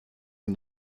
sie